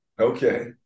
Okay